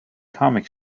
comic